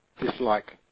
dislike